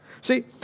See